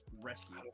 rescue